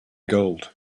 gold